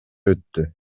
өттү